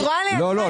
לא,